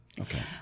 Okay